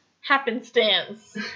Happenstance